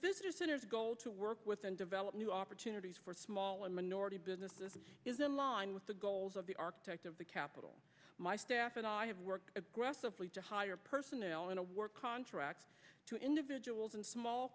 business centers goal to work with and develop new opportunities for small and minority business is in line with the goals of the architect of the capital my staff and i have worked aggressively to hire personnel in to work contracts to individuals and small